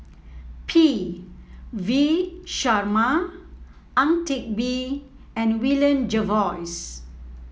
P V Sharma Ang Teck Bee and William Jervois